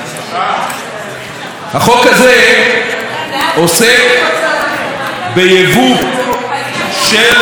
החוק הזה עוסק ביבוא של מוצרי חשמל,